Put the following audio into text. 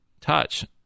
touch